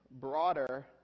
broader